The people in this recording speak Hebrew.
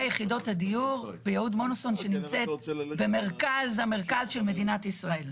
יחידות הדיור ביהוד מונוסון שנמצאת במרכז המרכז של מדינת ישראל.